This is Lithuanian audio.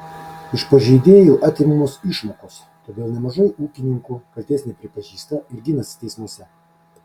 iš pažeidėjų atimamos išmokos todėl nemažai ūkininkų kaltės nepripažįsta ir ginasi teismuose